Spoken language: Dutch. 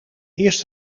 eerst